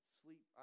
sleep